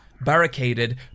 Barricaded